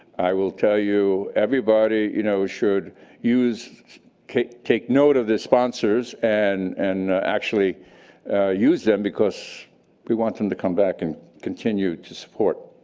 i will tell you everybody you know should take note of the sponsors and and actually use them because we want them to come back and continue to support.